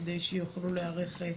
כדי שיוכלו להיערך.